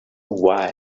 why